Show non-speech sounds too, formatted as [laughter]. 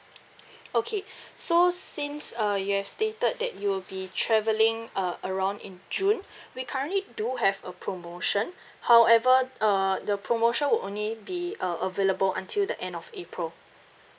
[breath] okay [breath] so since uh you have stated that you'll be travelling uh around in june [breath] we currently do have a promotion [breath] however uh the promotion would only be uh available until the end of april